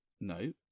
No